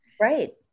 Right